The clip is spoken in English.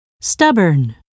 Stubborn